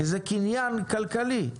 שזה קניין כלכלי,